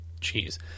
Jeez